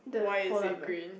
why is it green